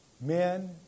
Men